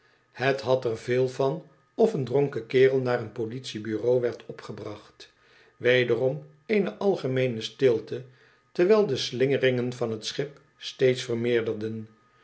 het had er veel van of een dronken kerel naar een politie-bureau werd opgebracht wederom eene algemeene stilte terwijl de slingeringen van hetschip steeds vermeerderden